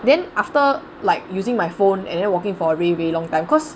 then after like using my phone and then walking for a really very long time cause